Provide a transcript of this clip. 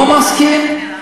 לא מסכים,